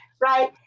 right